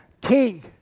King